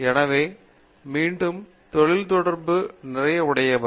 எனவே மீண்டும் தொழில் தொடர்பு நிறைய உடையவர்